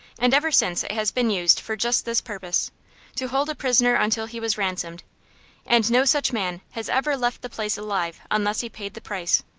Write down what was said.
and ever since it has been used for just this purpose to hold a prisoner until he was ransomed and no such man has ever left the place alive unless he paid the price.